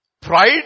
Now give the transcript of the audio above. Pride